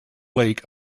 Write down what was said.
lake